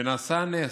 ונעשה נס,